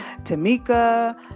Tamika